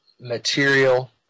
material